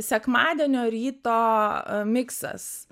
sekmadienio ryto miksas